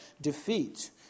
defeat